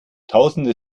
tausende